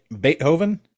Beethoven